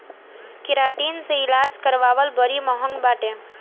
keratin से इलाज करावल बड़ी महँग बाटे